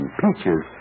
peaches